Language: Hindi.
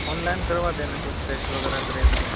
ऑनलाइन करवा देना कुछ टेस्ट वगैरह करेगा वो